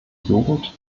jugend